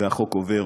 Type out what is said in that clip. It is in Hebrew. והחוק עובר.